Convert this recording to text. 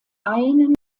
einen